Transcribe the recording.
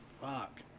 fuck